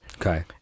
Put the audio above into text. Okay